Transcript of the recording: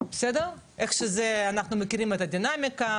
איך שאנחנו מכירים את הדינמיקה,